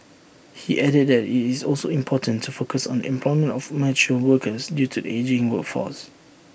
he added that IT is also important to focus on the employment of mature workers due to the ageing workforce